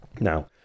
Now